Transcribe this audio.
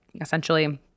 essentially